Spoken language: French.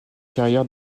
carrière